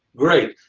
great.